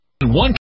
one